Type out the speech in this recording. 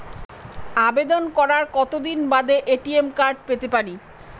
আবেদন করার কতদিন বাদে এ.টি.এম কার্ড পেতে পারি?